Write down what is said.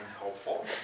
helpful